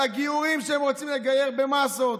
על הגיורים, שהם רוצים לגייר במאסות,